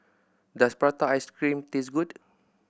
does prata ice cream taste good